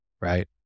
right